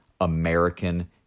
American